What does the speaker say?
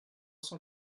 cent